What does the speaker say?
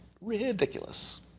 Ridiculous